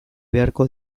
beharko